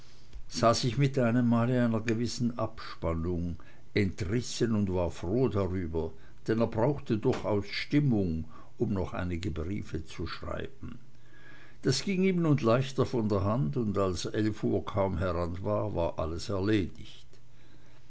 sah sich mit einem male einer gewissen abspannung entrissen und war froh darüber denn er brauchte durchaus stimmung um noch einige briefe zu schreiben das ging ihm nun leichter von der hand und als elf uhr kaum heran war war alles erledigt